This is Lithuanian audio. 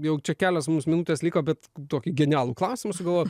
jau čia kelios mums minutės liko bet tokį genialų klausimą sugalvojau